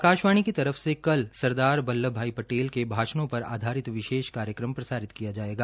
आकाशवाणी की तरफ से कल सरदार वल्लभभाई पटेल के भाषणों पर आधारित विशेष कार्यक्रम प्रसारित किया जायेगा